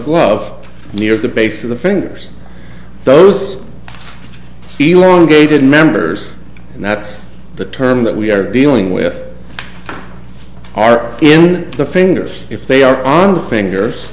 glove near the base of the fingers those feel on gated members and that's the term that we are dealing with are in the fingers if they are on the fingers